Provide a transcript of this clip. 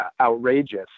outrageous